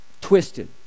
twisted